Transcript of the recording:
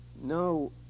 no